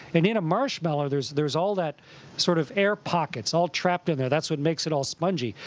and in a marshmallow, there's there's all that sort of air pockets all trapped in there. that's what makes it all spongy,